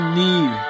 need